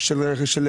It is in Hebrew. בנושא של העסקים,